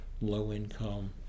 low-income